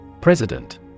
President